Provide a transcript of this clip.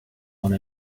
one